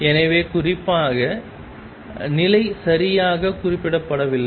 எனவே குறிப்பாக நிலை சரியாக குறிப்பிடப்படவில்லை